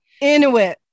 Inuit